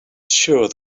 sure